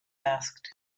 asked